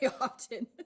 often